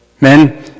men